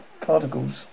particles